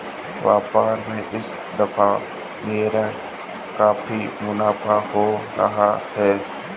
व्यापार में इस दफा मेरा काफी मुनाफा हो रहा है